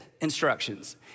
instructions